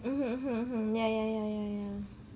mm mmhmm ya ya ya ya ya